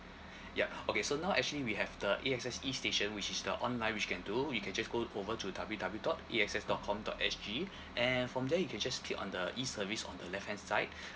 yup okay so now actually we have the A_X_S E station which is the online which you can do you can just go over to W W dot A X S dot com dot S G and from there you can just click on the E service on the left hand side